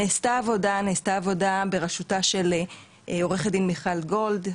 נעשתה עבודה ברשותה של עורכת דין מיכל גולד,